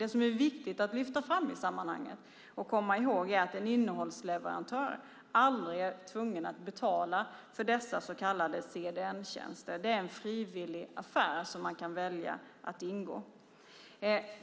Det som är viktigt att lyfta fram i sammanhanget och komma ihåg är att en innehållsleverantör aldrig är tvungen att betala för dessa så kallade CDN-tjänster. Det är en frivillig affär som man kan välja att ingå.